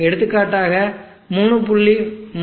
எடுத்துக்காட்டாக 3